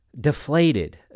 deflated